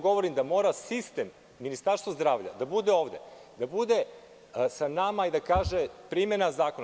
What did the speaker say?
Govorim vam da mora sistem, Ministarstvo zdravlja da bude ovde, da bude sa nama i da kaže – primena zakona.